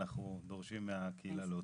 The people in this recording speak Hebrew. אנחנו דורשים מהקהילה להוציא.